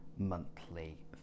monthly